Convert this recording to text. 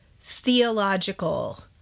theological